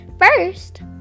first